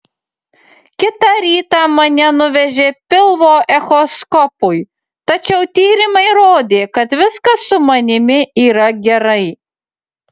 kitą rytą mane nuvežė pilvo echoskopui tačiau tyrimai rodė kad viskas su manimi yra gerai